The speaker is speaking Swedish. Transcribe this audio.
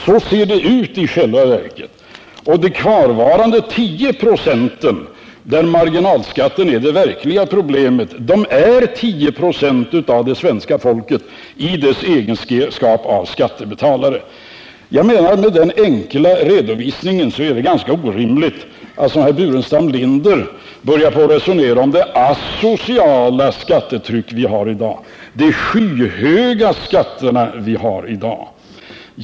Så ser det alltså i själva verket ut. De kvarvarande, för vilka marginalskatten är det verkliga problemet, är alltså 10 96 av skattebetalarna i Sverige. Mot bakgrund av denna enkla redovisning menar jag, att det är ganska orimligt att, som herr Burenstam Linder gör, börja resonera om det asociala skattetryck som vi har och om de skyhöga skatter som vi har i dag.